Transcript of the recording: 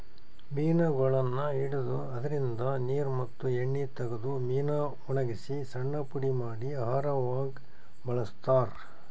ಮೀನಗೊಳನ್ನ್ ಹಿಡದು ಅದ್ರಿನ್ದ ನೀರ್ ಮತ್ತ್ ಎಣ್ಣಿ ತಗದು ಮೀನಾ ವಣಗಸಿ ಸಣ್ಣ್ ಪುಡಿ ಮಾಡಿ ಆಹಾರವಾಗ್ ಬಳಸ್ತಾರಾ